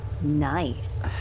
Nice